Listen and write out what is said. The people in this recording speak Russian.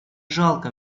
жалко